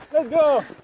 let's go!